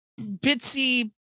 Bitsy